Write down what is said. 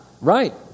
Right